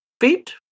feet